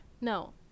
no